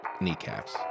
kneecaps